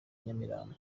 nyamirambo